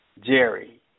Jerry